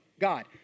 God